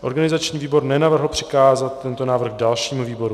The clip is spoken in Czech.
Organizační výbor nenavrhl přikázat tento návrh dalšímu výboru.